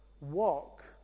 Walk